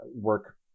work